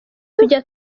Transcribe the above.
tujya